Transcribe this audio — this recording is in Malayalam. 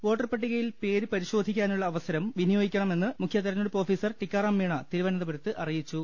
വോട്ടർ പട്ടിക യിൽ പേര് പരിശോധിക്കാനുള്ള അവസരം മുഴുവൻ സമ്മതിദായകരും വിനിയോഗിക്കണമെന്ന് മുഖ്യ തിരഞ്ഞെടുപ്പ് ഓഫീസർ ടിക്കാറാംമീണ് തിരുവനന്തപുരത്ത് അറിയിച്ചു